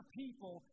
people